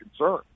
concern